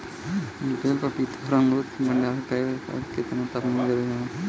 बेल पपीता और अमरुद के भंडारण करेला केतना तापमान जरुरी होला?